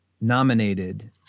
nominated